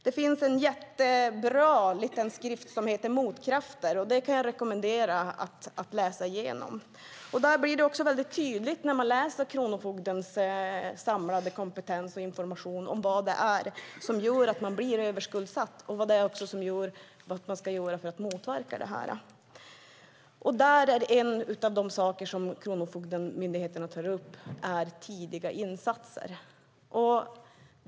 Det finns en jättebra skrift som heter Motkrafter . Den kan jag rekommendera för genomläsning. När man läser Kronofogdens information blir det tydligt vad det är som gör att man blir överskuldsatt och vad man kan göra för att motverka detta. En av de saker som Kronofogdemyndigheten tar upp är tidiga insatser.